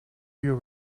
you